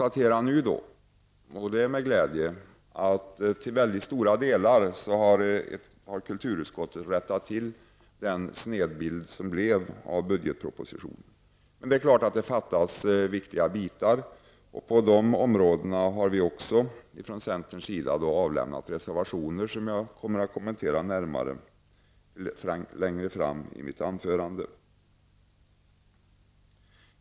Jag kan nu med glädje konstatera att till mycket stora delar har kulturutskottet rättat till den snedbild som blev resultat av budgetpropositionen. Det fattas emellertid viktiga bitar, och på dessa områden har vi från centerns sida avgivit reservationer, som jag kommer att kommentera längre fram i mitt anförande.